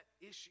issue